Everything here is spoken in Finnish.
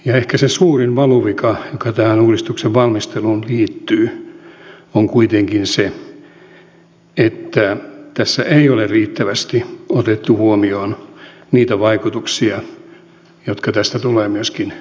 ehkä se suurin valuvika joka tähän uudistuksen valmisteluun liittyy on kuitenkin se että tässä ei ole riittävästi otettu huomioon niitä vaikutuksia jotka tästä tulevat myöskin henkilöstöön